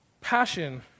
passion